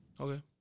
Okay